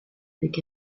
avec